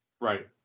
right